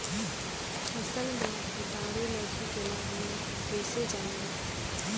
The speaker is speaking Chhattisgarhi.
फसल मा कीटाणु लगही तेला हमन कइसे जानबो?